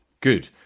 Good